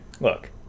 look